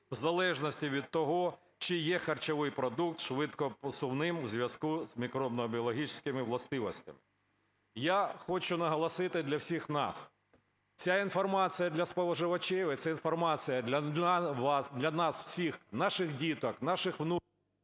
в залежності від того, чи є харчовий продукт швидкопсувним у зв'язку з мікробно-біологічними властивостями. Я хочу наголосити для всіх нас. Ця інформація для споживачів і ця інформація для вас, для нас всіх, наших діток, наших внуків…